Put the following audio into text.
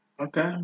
Okay